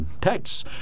texts